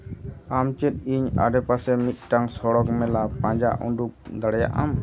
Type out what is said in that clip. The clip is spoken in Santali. ᱟᱢ ᱪᱮᱫ ᱤᱧ ᱟᱰᱮᱯᱟᱥᱮ ᱢᱤᱫᱴᱟᱝ ᱥᱚᱲᱚᱠ ᱢᱮᱞᱟ ᱯᱟᱸᱡᱟ ᱩᱰᱩᱠ ᱫᱟᱲᱮᱭᱟᱜᱼᱟᱢ